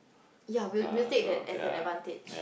ya we'll we'll take that as an advantage